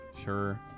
Sure